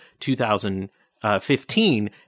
2015